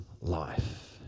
life